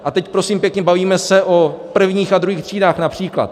A teď prosím pěkně bavíme se o prvních a druhých třídách například.